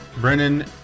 Brennan